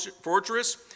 fortress